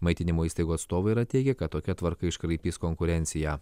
maitinimo įstaigų atstovai yra teigę kad tokia tvarka iškraipys konkurenciją